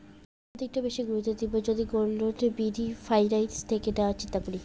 কোন দিকটা বেশি করে গুরুত্ব দেব যদি গোল্ড লোন মিনি ফাইন্যান্স থেকে নেওয়ার চিন্তা করি?